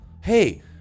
hey